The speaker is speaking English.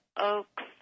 oaks